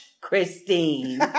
Christine